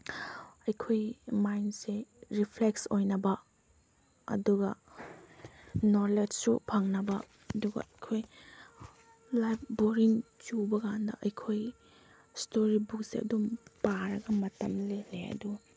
ꯑꯩꯈꯣꯏ ꯃꯥꯏꯟꯁꯦ ꯔꯤꯐ꯭ꯂꯦꯛꯁ ꯑꯣꯏꯅꯕ ꯑꯗꯨꯒ ꯅꯣꯂꯦꯖꯁꯨ ꯐꯪꯅꯕ ꯑꯗꯨꯒ ꯑꯩꯈꯣꯏ ꯂꯥꯏꯞ ꯕꯣꯔꯤꯡ ꯆꯨꯕꯀꯥꯟꯗ ꯑꯩꯈꯣꯏ ꯏꯁꯇꯣꯔꯤ ꯕꯨꯛꯁꯦ ꯑꯗꯨꯝ ꯄꯥꯔꯒ ꯃꯇꯝ ꯂꯦꯜꯂꯤ ꯑꯗꯨ